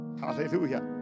Hallelujah